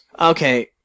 Okay